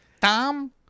Tom